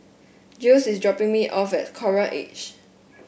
Giles is dropping me off at Coral Edge